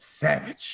Savage